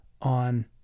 on